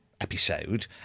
episode